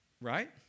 Right